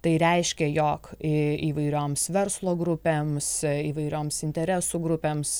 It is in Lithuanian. tai reiškia jog į įvairioms verslo grupėms įvairioms interesų grupėms